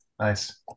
Nice